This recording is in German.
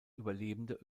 überlebende